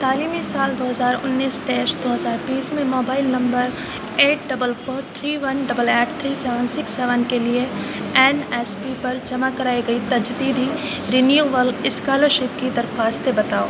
تعلیمی سال دو ہزار انیس دیش دو ہزار بیس میں mobile number eight double four three one double eight three seven six seven کے لیے این ایس پی پر جمع کرائی گئی تجدیدی رینیول اسکالرشپ کی درخواستیں بتاؤ